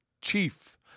chief